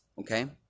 okay